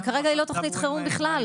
וכרגע היא לא תוכנית חירום בכלל.